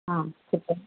కూర్చో